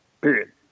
Period